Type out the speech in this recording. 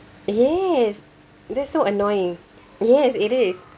yes that's so annoying yes it is